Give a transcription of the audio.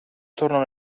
tornò